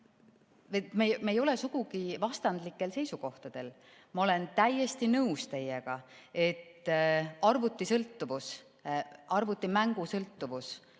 me ei ole sugugi vastandlikel seisukohtadel. Ma olen täiesti nõus teiega, et arvutisõltuvus, arvutimängusõltuvus